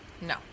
No